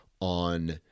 on